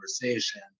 conversation